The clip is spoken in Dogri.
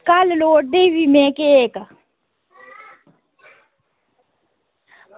कल्ल लोड़दा ई बी में केक